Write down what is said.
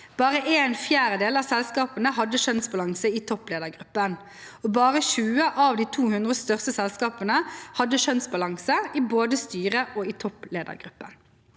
Bare en fjerdedel av selskapene hadde kjønnsbalanse i toppledergruppen. Og bare 20 av de 200 største selskapene hadde kjønnsbalanse i både styret og i toppledergruppen.